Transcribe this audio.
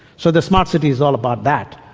so the smart city is all about that.